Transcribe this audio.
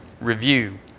review